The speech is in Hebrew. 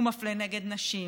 הוא מפלה נגד נשים,